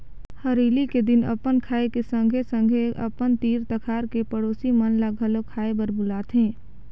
हरेली के दिन अपन खाए के संघे संघे अपन तीर तखार के पड़ोसी मन ल घलो खाए बर बुलाथें